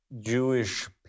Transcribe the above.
Jewish